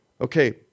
Okay